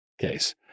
case